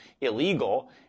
illegal